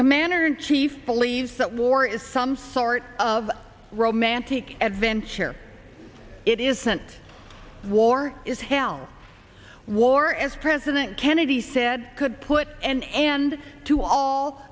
commander in chief believes that war is some sort of romantic adventure it isn't war is hell war as president kennedy said could put an end to all